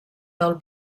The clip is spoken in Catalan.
del